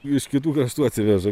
iš kitų kraštų atsiveža